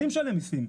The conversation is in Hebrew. אני משלם מיסים.